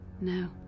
No